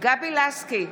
גבי לסקי,